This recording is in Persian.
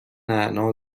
نعنا